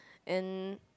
and